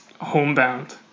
homebound